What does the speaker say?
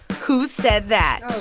who said that